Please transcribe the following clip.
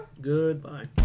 goodbye